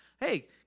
Hey